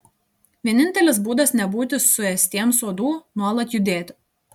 vienintelis būdas nebūti suėstiems uodų nuolat judėti